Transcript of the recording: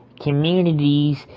communities